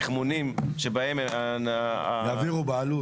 תחמונים שבהם --- יעבירו בעלות.